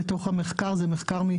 בתוך הדבר הזה שנקרא